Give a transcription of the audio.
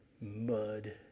mud